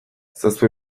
zazpi